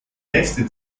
nächste